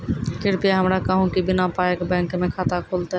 कृपया हमरा कहू कि बिना पायक बैंक मे खाता खुलतै?